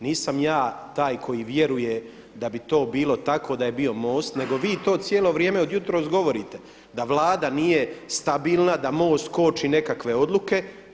Nisam ja taj koji vjeruje da bi to bilo tako da je bio MOST nego vi to cijelo vrijeme od jutros govorite, da Vlada nije stabilna, da MOST koči nekakve odluke.